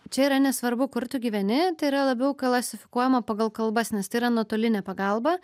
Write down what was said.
čia yra nesvarbu kur tu gyveni yra labiau klasifikuojama pagal kalbas nes tai yra nuotolinė pagalba